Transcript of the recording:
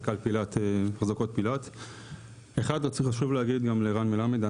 חשוב להגיד גם לרן מלמד,